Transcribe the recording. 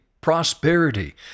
prosperity